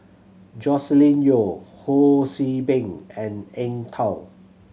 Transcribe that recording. Joscelin Yeo Ho See Beng and Eng Tow